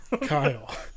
kyle